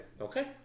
okay